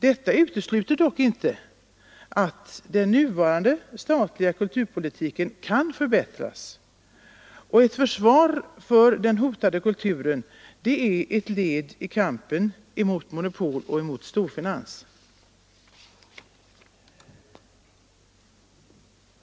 Detta utesluter dock inte att den nuvarande statliga kulturpolitiken kan förbättras. Ett försvar för den hotade kulturen är ett led i kampen mot monopol och storfinans.